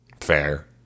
Fair